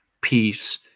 peace